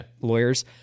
lawyers